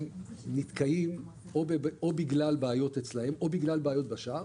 הם נתקעים או בגלל בעיות אצלם או בגלל בעיות בשער.